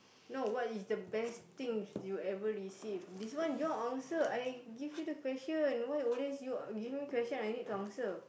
no what is the best things you ever received this one your answer I give you the question why always you give me the question I need to answer